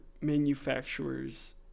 manufacturers